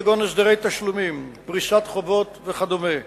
כגון הסדרי תשלומים, פריסת חובות וכדומה.